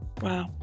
Wow